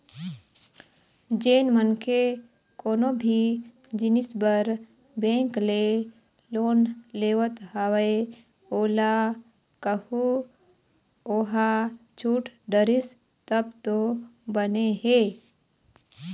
जेन मनखे कोनो भी जिनिस बर बेंक ले लोन लेवत हवय ओला कहूँ ओहा छूट डरिस तब तो बने हे